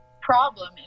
problem